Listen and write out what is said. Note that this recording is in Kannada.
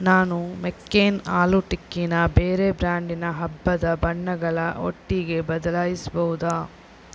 ನಾನು ಮೆಕ್ಕೇನ್ ಆಲೂ ಟಿಕ್ಕಿನ ಬೇರೆ ಬ್ರ್ಯಾಂಡಿನ ಹಬ್ಬದ ಬಣ್ಣಗಳ ಒಟ್ಟಿಗೆ ಬದಲಾಯಿಸಬಹುದಾ